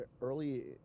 early